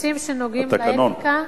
זה הנוהל והתקנון,